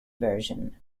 version